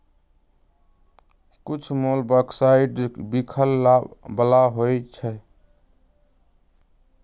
कुछ मोलॉक्साइड्स विख बला होइ छइ